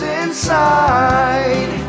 inside